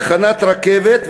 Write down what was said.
תחנת רכבת,